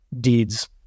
deeds